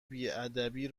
بیادبی